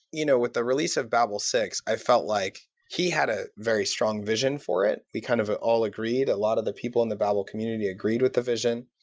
you know with the release of babel six, i felt like he had a very strong vision for it. we kind of all agreed. a lot of the people in the babel community agreed with the vision.